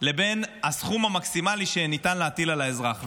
לבין הסכום המקסימלי שניתן להטיל על האזרח.